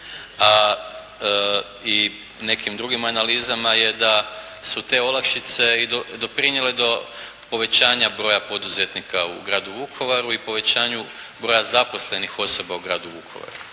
i nekim drugim analizama je da su te olakšice i doprinijele do povećanja broja poduzetnika u gradu Vukovaru i povećanju broja zaposlenih osoba u gradu Vukovaru.